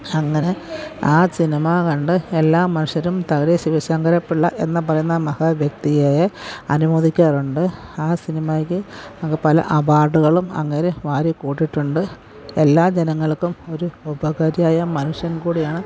അങ്ങനെ ആ സിനിമാ കണ്ട് എല്ലാ മനുഷ്യരും തകഴി ശിവശങ്കരപ്പിള്ള എന്നു പറയുന്ന മഹത് വ്യക്തിയെ അനുമോദിക്കാറുണ്ട് ആ സിനിമായ്ക്ക് നമുക്ക് പല അവാർഡുകളും അങ്ങേര് വാരിക്കൂട്ടിയിട്ടുണ്ട് എല്ലാ ജനങ്ങൾക്കും ഒരു ഉപകാരിയായ മനുഷ്യൻ കൂടിയാണ്